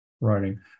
writing